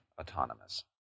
autonomous